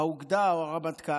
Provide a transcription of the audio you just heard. האוגדה או הרמטכ"ל,